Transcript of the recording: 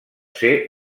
ser